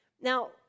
Now